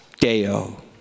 Deo